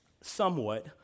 somewhat